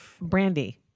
brandy